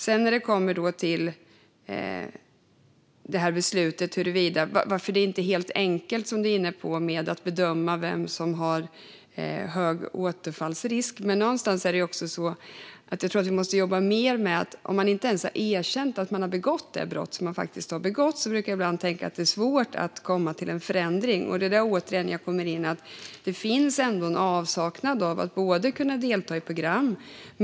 Apropå att det, som du var inne på, Adam Marttinen, inte är helt enkelt att bedöma vem som löper hög risk för återfall brukar jag ibland tänka att det är svårt för en person som inte ens har erkänt att den har begått det brott som den faktiskt har begått att komma till en förändring. Det finns en avsaknad av att kunna delta i program.